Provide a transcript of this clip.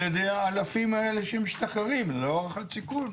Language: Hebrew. ידי האלפים האלה שמשתחררים ללא הערכת סיכון.